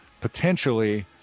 potentially